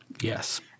Yes